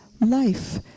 life